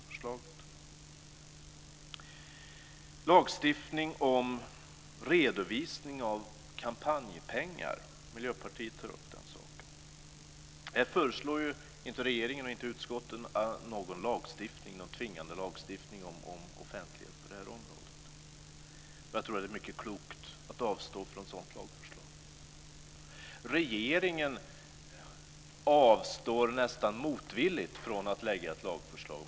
Miljöpartiet tar upp frågan om lagstiftning om redovisning av kampanjpengar. Varken regeringen eller utskottet föreslår någon tvingande lagstiftning om offentlighet på det här området. Jag tror att det är mycket klokt att avstå från ett sådant lagförslag. Regeringen avstår nästan motvilligt från att lägga fram ett lagförslag.